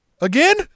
again